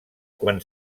quan